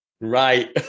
Right